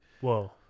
Whoa